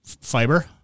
Fiber